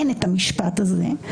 אין את המשפט הזה.